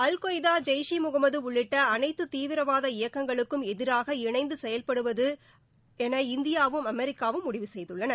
al Qaeda Jaish e Mohammed உள்ளிட்ட அனைத்து தீவிரவாத இயக்கங்களுக்கும் எதிராக இணைந்து செயல்படுவது என இந்தியாவும் அமெரிக்காவும் முடிவு செய்துள்ளன